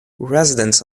residents